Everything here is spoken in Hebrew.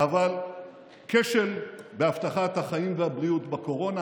אבל כשל בהבטחת החיים והבריאות בקורונה,